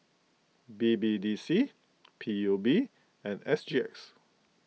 B B D C P U B and S G X